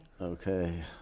Okay